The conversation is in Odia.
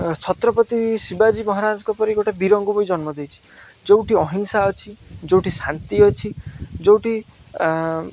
ଛତ୍ରପତି ଶିବାଜୀ ମହାରାଜଙ୍କପରି ଗୋଟେ ବିରଙ୍ଗ ବ ଜନ୍ମ ଦେଇଛି ଯେଉଁଠି ଅହିଂସା ଅଛି ଯେଉଁଠି ଶାନ୍ତି ଅଛି ଯେଉଁଠି